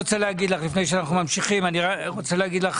לפני שאנחנו ממשיכים אני רק רוצה להגיד לך